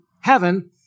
heaven